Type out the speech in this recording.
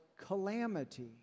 calamity